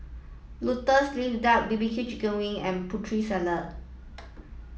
lotus leaf duck B B Q chicken wing and Putri Salad